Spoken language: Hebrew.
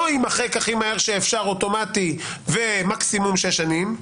לא יימחק הכי מהר שאפשר אוטומטית ומקסימום שש שנים,